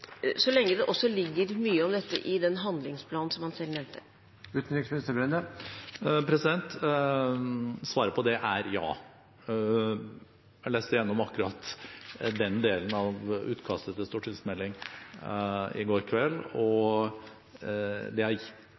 så lenge det også ligger mye om dette i den handlingsplanen som han selv nevnte? Svaret på det er ja. Jeg leste akkurat igjennom den delen av utkastet til stortingsmelding i går kveld, og det er